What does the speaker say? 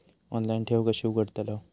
Online ठेव कशी उघडतलाव?